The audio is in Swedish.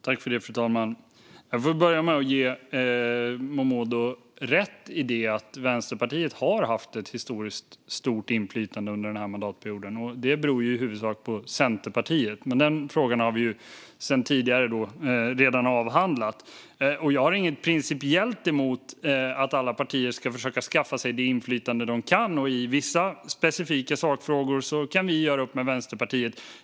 Fru talman! Jag får börja med att ge Momodou rätt i det att Vänsterpartiet har haft ett historiskt stort inflytande under den här mandatperioden. Det beror i huvudsak på Centerpartiet, men den frågan har vi avhandlat sedan tidigare. Jag har inget principiellt emot att alla partier försöker skaffa sig det inflytande de kan, och i vissa specifika sakfrågor kan vi göra upp med Vänsterpartiet.